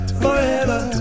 forever